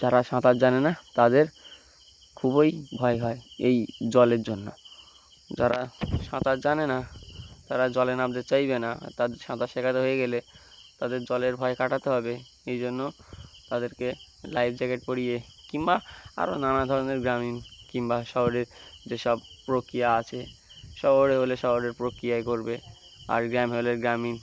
যারা সাঁতার জানে না তাদের খুবই ভয় হয় এই জলের জন্য যারা সাঁতার জানে না তারা জলে নামতে চাইবে না তাদের সাঁতার শেখাতে হয়ে গেলে তাদের জলের ভয় কাটাতে হবে এই জন্য তাদেরকে লাইফ জ্যাকেট পরিয়ে কিংবা আরও নানা ধরনের গ্রামীণ কিংবা শহরের যেসব প্রক্রিয়া আছে শহরে হলে শহরের প্রক্রিয়ায় করবে আর গ্রামে হলে গ্রামীণ